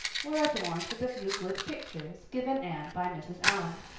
were adorned with a few good pictures given anne by mrs. allan.